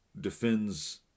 defends